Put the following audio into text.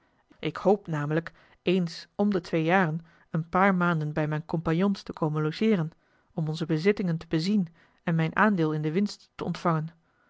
ik hoop namelijk ééns om de twee jaren een paar maanden bij mijne compagnons te komen logeeren om onze bezittingen te bezien en mijn aandeel in de winst te ontvangen